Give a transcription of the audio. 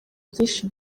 byinshi